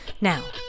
Now